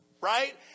right